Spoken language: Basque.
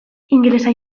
ingelesa